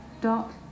dot